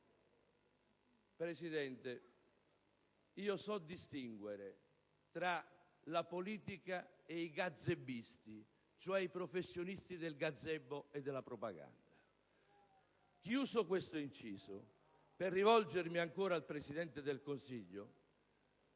Presidente, io so distinguere tra la politica e i gazebisti, cioè i professionisti del gazebo e della propaganda. *(Commenti dal Gruppo LNP).* Chiuso questo inciso, per rivolgermi ancora al Presidente del Consiglio,